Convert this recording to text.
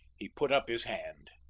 he put up his hand.